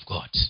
God